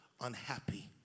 unhappy